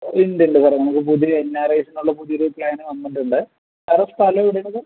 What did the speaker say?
ഉണ്ട് ഉണ്ട് സാറെ നമുക്ക് പുതിയ എൻ ആർ ഐസിനുള്ള പുതിയൊരു പ്ലാന് വന്നിട്ടുണ്ട് സാറ് സ്ഥലം എവിടെയാണ് സാർ